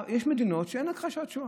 יש מדינות שאין בהן הכחשת שואה,